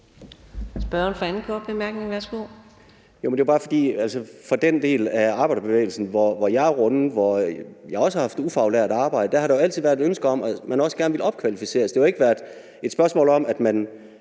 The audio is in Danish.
Spørgeren for den anden korte bemærkning. Værsgo. Kl. 15:52 Peder Hvelplund (EL): Det er bare, fordi der i den del af arbejderbevægelsen, jeg er rundet af, hvor jeg også har haft ufaglært arbejde, jo altid har været et ønske om også gerne at ville opkvalificeres. Det har jo ikke været et spørgsmål om, at man